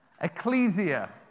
Ecclesia